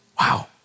Wow